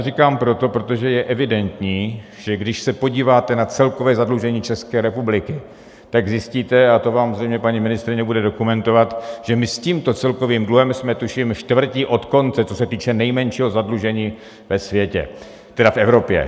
Říkám to proto, protože je evidentní, že když se podíváte na celkové zadlužení České republiky, tak zjistíte, a to vám zřejmě paní ministryně bude dokumentovat, že my s tímto celkovým dluhem jsme, tuším, čtvrtí od konce, co se týče nejmenšího zadlužení ve světe, teda v Evropě.